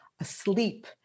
asleep